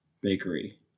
bakery